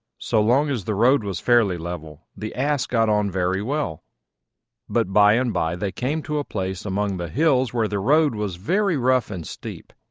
so long as the road was fairly level, the ass got on very well but by and by they came to a place among the hills where the road was very rough and steep,